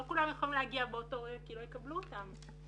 לא כולם יכולים להגיע באותו רגע כי לא יקבלו אותם.